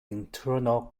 internal